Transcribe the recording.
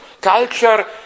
culture